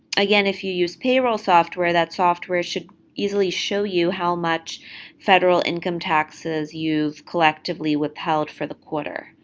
again, if you use payroll software, that software should easily show you how much federal income taxes you collectively withheld for the quarter.